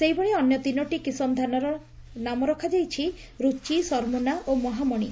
ସେହିଭଳି ଅନ୍ୟ ତିନୋଟି କିଶମ ଧାନର ନାମ ରଖାଯାଇଛି ରୁଚି ସରମୁନା ଓ ମହାମଣୀ